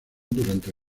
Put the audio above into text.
durante